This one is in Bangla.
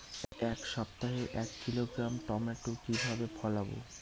এক সপ্তাহে এক কিলোগ্রাম টমেটো কিভাবে ফলাবো?